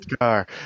car